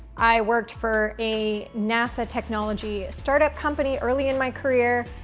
i worked for a nasa technology startup company early in my career,